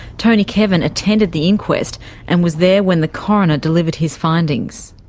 tony kevin attended the inquest and was there when the coroner delivered his findings.